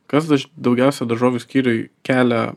kas daugiausia daržovių skyriuj kelia